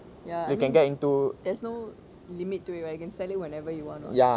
ya I mean there's no limit to a it you can sell it whenever you want [what]